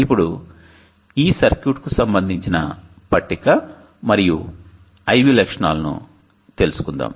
ఇప్పుడు ఈ సర్క్యూట్ కు సంబంధించిన పట్టిక మరియు I V లక్షణాలను తెలుసుకుందాం